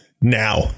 Now